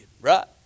Right